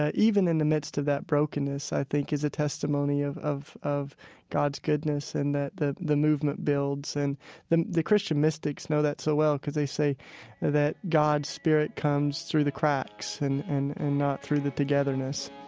ah even in the midst of that brokenness, i think, is a testimony of of god's goodness, and that the the movement builds. and the the christian mystics know that so well because they say that god's spirit comes through the cracks and and not through the togetherness